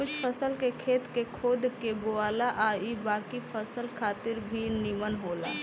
कुछ फसल के खेत के खोद के बोआला आ इ बाकी फसल खातिर भी निमन होला